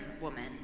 woman